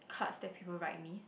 cards that people write me